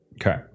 Okay